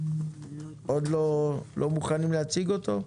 עוד לא מוכנים להציג אותו?